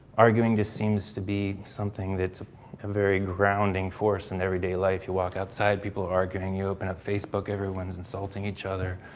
arguing just seems to be something that's a very grounding force in everyday life. you walk outside, people arguing, you open up facebook, everyone's insulting each other,